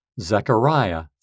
Zechariah